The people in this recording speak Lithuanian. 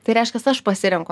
tai reiškias aš pasirenku